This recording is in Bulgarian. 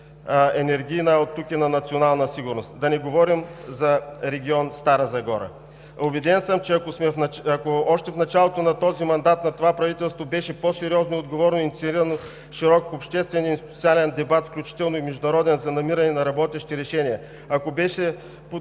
енергийна, а оттук и на националната сигурност. Да не говорим за регион Стара Загора. Убеден съм, че ако още в началото на този мандат това правителство беше по-сериозно, отговорно инициирало широк обществен и социален дебат, включително и международен, за намиране на работещи решения, ако